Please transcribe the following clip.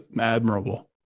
admirable